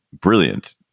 brilliant